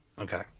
Okay